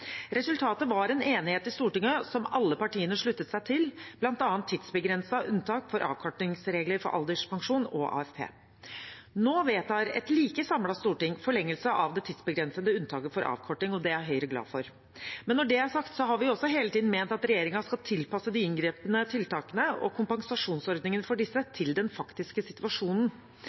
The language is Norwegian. Resultatet var en enighet som alle partiene i Stortinget sluttet seg til, bl.a. tidsbegrensede unntak for avkortingsregler for alderspensjon og AFP. Nå vedtar et like samlet storting forlengelse av det tidsbegrensede unntaket for avkorting, og det er Høyre glad for. Men når det er sagt, har vi også hele tiden ment at regjeringen skal tilpasse de inngripende tiltakene og kompensasjonsordningen for disse til den faktiske situasjonen.